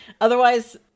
Otherwise